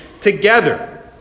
together